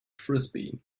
frisbee